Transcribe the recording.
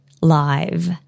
live